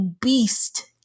beast